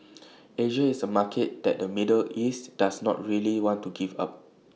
Asia is A market that the middle east does not really want to give up